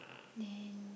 then